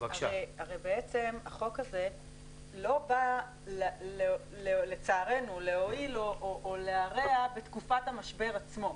הרי החוק הזה לא בא לצערנו להועיל או להרע בתקופת המשבר עצמו,